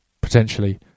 potentially